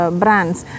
brands